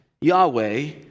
Yahweh